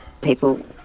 people